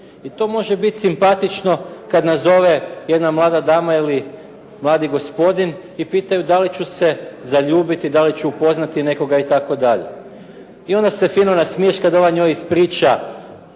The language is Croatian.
I to može bit simpatično kad nazove jedna mlada dama ili mladi gospodin i pitaju da li ću se zaljubiti, da li ću upoznati nekoga itd. I onda se fino nasmješka da ova njoj ispriča